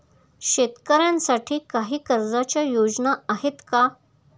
शेतकऱ्यांसाठी काही कर्जाच्या योजना आहेत का?